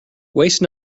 waste